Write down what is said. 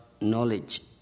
knowledge